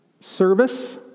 Service